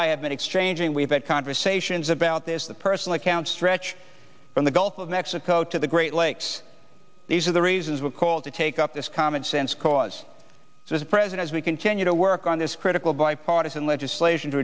been exchanging we've had conversations about this the personal accounts stretch from the gulf of mexico to the great lakes these are the reasons we called to take up this commonsense cause this president we continue to work on this critical bipartisan legislation to